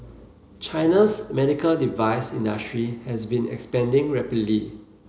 China's medical device industry has been expanding rapidly